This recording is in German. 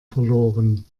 verloren